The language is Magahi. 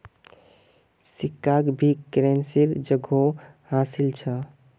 सिक्काक भी करेंसीर जोगोह हासिल छ